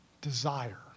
desire